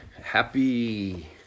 Happy